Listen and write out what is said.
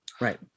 right